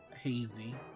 Hazy